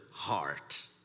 heart